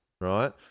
Right